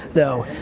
though,